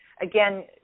again